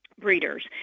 breeders